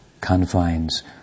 confines